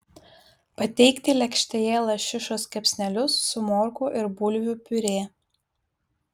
pateikti lėkštėje lašišos kepsnelius su morkų ir bulvių piurė